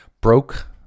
broke